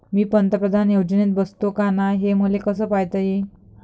मी पंतप्रधान योजनेत बसतो का नाय, हे मले कस पायता येईन?